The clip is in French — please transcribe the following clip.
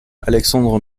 alexandre